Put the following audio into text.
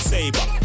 Saber